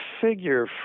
figure